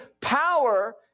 power